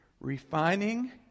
Refining